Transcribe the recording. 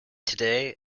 today